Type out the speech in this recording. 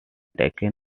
taken